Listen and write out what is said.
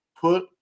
put